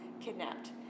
kidnapped